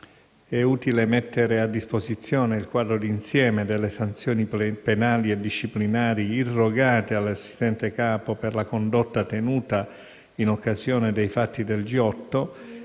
È utile mettere a disposizione il quadro d'insieme delle sanzioni penali e disciplinari irrogate all'assistente capo per la condotta tenuta in occasione dei fatti del G8,